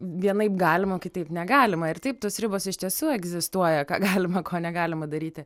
vienaip galima kitaip negalima ir taip tos ribos iš tiesų egzistuoja ką galima ko negalima daryti